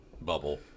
bubble